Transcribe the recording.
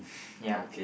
ya